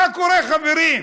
מה קורה, חברים?